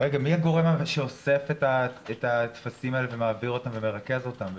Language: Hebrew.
מי הגורם שאוסף את הטפסים האלה, מעביר ומרכז אותם?